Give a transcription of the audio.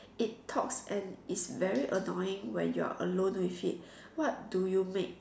it talks and is very annoying when you are alone with it what do you make